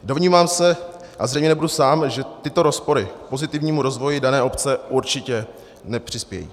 Domnívám se, a zřejmě nebudu sám, že tyto rozpory pozitivnímu rozvoji dané obce určitě nepřispějí.